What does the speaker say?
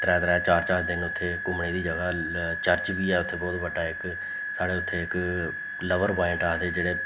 त्रै त्रै चार चार दिन उत्थें घूमने दी जगह् ऐ चर्च बी ऐ उत्थें बोह्त बड्डा इक साढ़े उत्थें इक लवर पाइंट आखदे जेह्ड़े